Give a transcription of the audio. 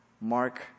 Mark